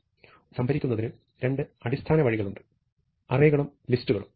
ഒരു കൂട്ടം മൂല്യങ്ങൾ സംഭരിക്കുന്നതിന് രണ്ട് അടിസ്ഥാന വഴികളുണ്ട് അറേകളും ലിസ്റ്റുകളും